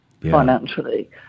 financially